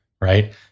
Right